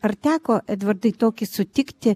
ar teko edvardai tokį sutikti